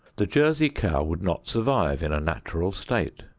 the jersey cow would not survive in a natural state.